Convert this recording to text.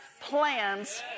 plans